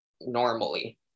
normally